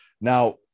Now